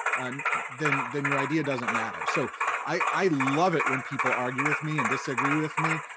um then then your idea doesn't matter. so i love it when people argue with me and disagree with me,